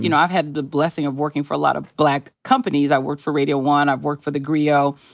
you know i've had the blessing of working for a lot of black companies. i worked for radio one. i've worked for thegrio.